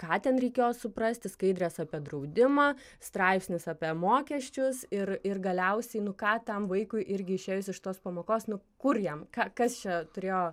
ką ten reikėjo suprasti skaidrės apie draudimą straipsnis apie mokesčius ir ir galiausiai nu ką tam vaikui irgi išėjus iš tos pamokos nu kur jam ką kas čia turėjo